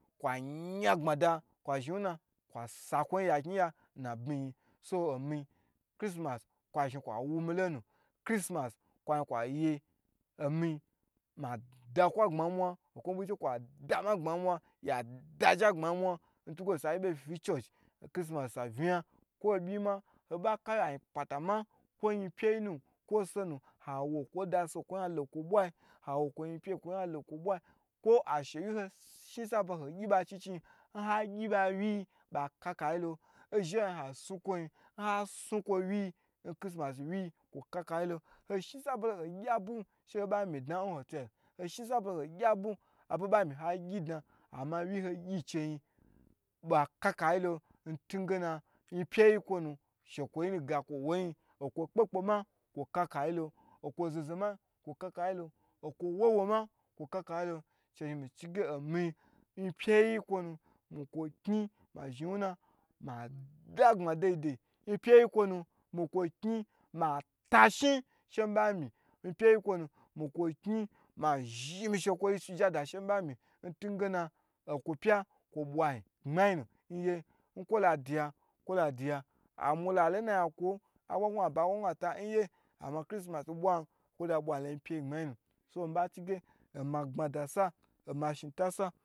Kwa zhin wu na kwa sa kwo yin ya in na abyiyi yi chrisimas kwa zhi kwa wu mi lonu, chrisimas kwo zhi kwa ye ma da kwo agbma in mwa, in kwo yin che kwa da ma gbma in mwa, ya daje agbma in mwa, in tun inge she yi bo fin in church chrisimas sa vnaya ko obyi ma kwo ayi i pata kwo yinpyu yi nu kwo osenu awo kwo kwo yan lo in kwo bwa yi, kwo ashe wy in ho shin saba hoi gyi ba yi in ha gyi ba hoba gye ba kakayi lo, ozhe in ho zhin ha sni kwo yi in ha sni kwo ho bagye kwo ka ka yi lo, oshni sabalo hoi gyi abu she ho ba mi dna in hotel, oshni sa ba lo ho gyi be she ho ba myi ha gyi dna, ama wyi yi ho gye cheyin ba ka ka yi lo nlu ge nu yin pye kwo nu shekwo nu ga inwo yin yi, okwo kpe kpe ma kwo ka ka yi lo, okwo zozo ma kwo kaka yi lo, okwo wowo ma kwo kakayi lo chenu zhi mici ge yinpyeyi kwo nu miko kni ma zhin wuna, ma da gbma dai dai, mi ko kny ma tazhin she mi bha miy, yipye yi mikwo nu mi kwo kny ma zhin mi shekwoyi suja da she mi bha miyi intu ngena okwo pya kwa bwa yin gbmayin nu in ye inkwo la duya ko la duya, amula lo ina zhin aku ayi pye yi in gnu aba in gna ata ama chrisimas in bwa hn kwo da bwa hn lo yi pye yi gbmayin nu, omagbma da sa oma shin ta sa